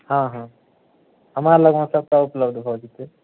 हँ हँ हमरा लगमे सभटा उपलब्ध भऽ जेतै